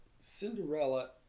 Cinderella